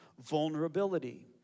vulnerability